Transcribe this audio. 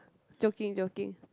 joking joking